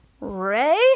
Ray